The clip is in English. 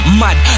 mad